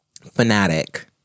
Fanatic